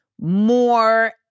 more